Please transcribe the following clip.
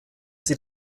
sie